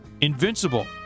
invincible